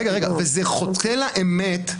וזה חוטא לאמת,